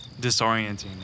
disorienting